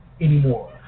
anymore